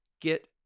get